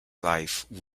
life